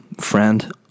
friend